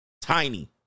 tiny